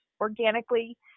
organically